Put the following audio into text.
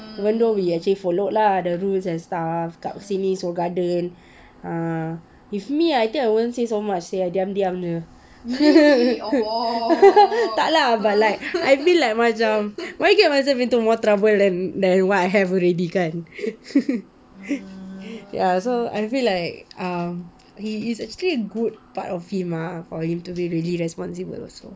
even though we actually followed lah the rules and stuff kat sini seoul garden ah if me I think I wouldn't say so much seh I diam diam jer tak lah but like I feel like macam why get myself into more trouble than than what I have already kan ya so I feel like um he's actually good part ah for him to be really responsible also